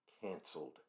canceled